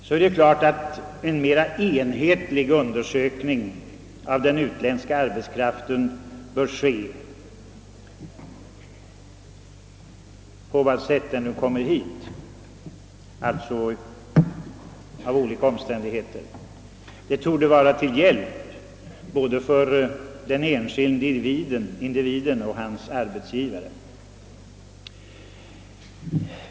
Det är klart att en mera enhetlig undersökning av den utländska arbetskraften bör ske, oavsett på vad sätt den kommer hit. Det borde vara till hjälp både för den enskilde individen och hans arbetsgivare.